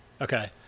Okay